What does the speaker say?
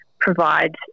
provide